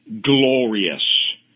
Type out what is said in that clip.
glorious